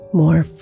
more